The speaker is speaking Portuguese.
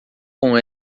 com